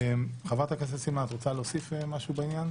חברת הכנסת סילמן, את רוצה להוסיף משהו בעניין